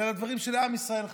אלא לדברים שלעם ישראל חשובים.